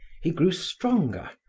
he grew stronger,